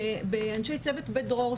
באנשי צוות בית דרור,